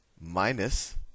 minus